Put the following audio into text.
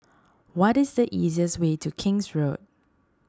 what is the easiest way to King's Road